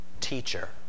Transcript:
teacher